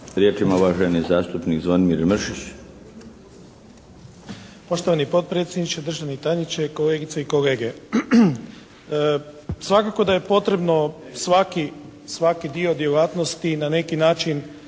Riječ ima uvaženi zastupnik Zvonimir Mršić.